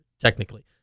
technically